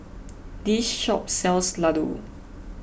this shop sells Ladoo